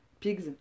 pigs